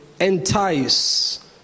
entice